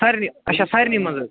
سارنے اچھا سارنے مَنٛز حظ